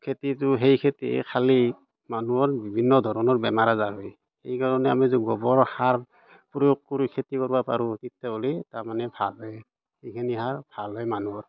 খেতিটো সেই খেতি খালে মানুহৰ বিভিন্ন ধৰণৰ বেমাৰ আজাৰ হয় এইকাৰণে যে আমি গোবৰ সাৰ প্ৰয়োগ কৰোঁ খেতি অলপ আৰু তেতিয়াহ'লে তাৰমানে ভাল হয় এইখিনি সাৰ ভাল হয় মানুহৰ